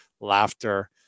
laughter